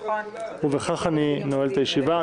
בכך אני נועל את הישיבה.